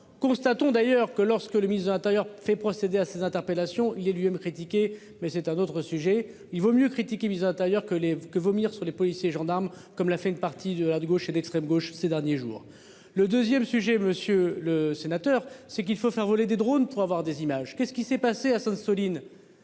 constatons d'ailleurs que lorsque le ministre de l'Intérieur fait procéder à ces interpellations, il est lui-même critiqué mais c'est un autre sujet. Il vaut mieux critiquer mise intérieur que les que vomir sur les policiers, gendarmes, comme l'a fait une partie de la de gauche et d'extrême gauche ces derniers jours le 2ème. Sujet, monsieur le sénateur, c'est qu'il faut faire voler des drone trois avoir des images, qu'est-ce qui s'est passé à Sainte-, Soline.